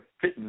fit